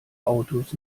autos